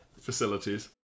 facilities